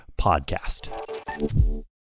podcast